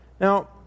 Now